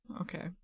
okay